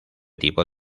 tipo